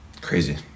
Crazy